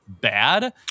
bad